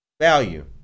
value